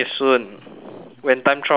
when tan chua come lah